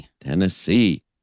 Tennessee